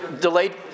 delayed